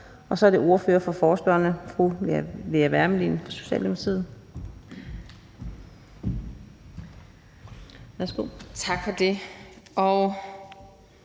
Så er det ordføreren for forespørgerne, fru Lea Wermelin fra Socialdemokratiet.